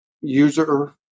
user